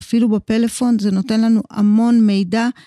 אפילו בפלאפון, זה נותן לנו המון מידע.